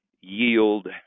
yield